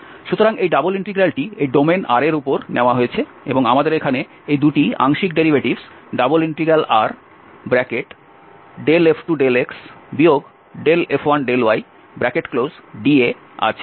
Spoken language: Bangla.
সুতরাং এই ডাবল ইন্টিগ্রালটি এই ডোমেইন R এর উপর নেওয়া হয়েছে এবং আমাদের এখানে এই 2 টি আংশিক ডেরিভেটিভস ∬RF2∂x F1∂ydA আছে